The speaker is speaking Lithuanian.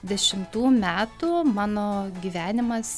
dešimtų metų mano gyvenimas